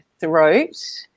Throat